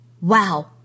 Wow